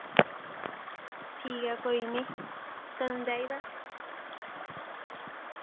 ठीक ऐ कोई नि कदूं चाहिदा